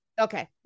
Okay